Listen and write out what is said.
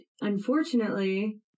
unfortunately